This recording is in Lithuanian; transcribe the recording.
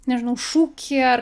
nežinau šūkį ar